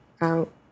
out